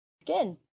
skin